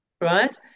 right